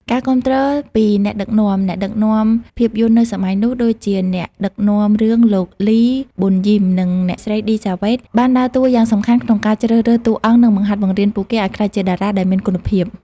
ការគាំទ្រពីអ្នកដឹកនាំ អ្នកដឹកនាំភាពយន្តនៅសម័យនោះ ដូចជាអ្នកដឹកនាំរឿង លោក លី ប៊ុនយីម និង អ្នកស្រី ឌី សាវ៉េត បានដើរតួយ៉ាងសំខាន់ក្នុងការជ្រើសរើសតួអង្គនិងបង្ហាត់បង្រៀនពួកគេឱ្យក្លាយជាតារាដែលមានគុណភាព។